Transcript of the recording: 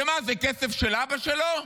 ומה, זה כסף של אבא שלו?